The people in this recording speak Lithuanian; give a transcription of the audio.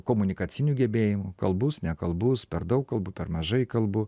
komunikacinių gebėjimų kalbus nekalbus per daug kalbu per mažai kalbu